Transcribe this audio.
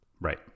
Right